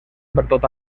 pertot